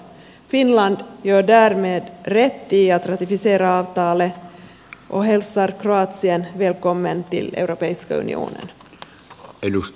finland gör därmed rätt i att ratificera avtalet och hälsar kroatien välkommen till europeiska unionen